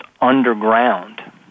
underground